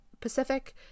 Pacific